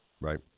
Right